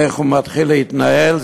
איך הוא מתחיל להתנהל.